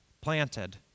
planted